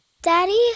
Daddy